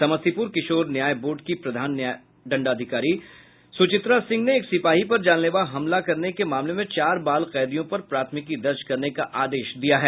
समस्तीपुर किशोर न्याय बोर्ड की प्रधान दंडाधिकारी सुचित्रा सिंह ने एक सिपाही पर जानलेवा हमले करने के मामले में चार बाल कैदियों पर प्राथमिकी दर्ज करने का आदेश दिया है